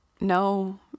no